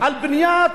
לבנות